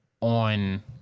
on